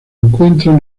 encuentran